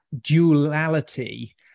duality